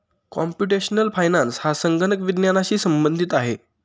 computational finance हा संगणक विज्ञानाशी संबंधित आहे